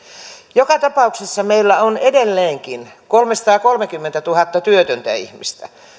joka tapauksessa meillä on edelleenkin kolmesataakolmekymmentätuhatta työtöntä ihmistä